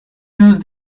use